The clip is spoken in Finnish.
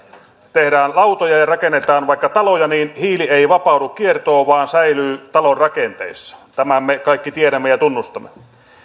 tehdään lautoja ja rakennetaan vaikka taloja niin hiili ei vapaudu kiertoon vaan säilyy talon rakenteissa tämän me kaikki tiedämme ja tunnustamme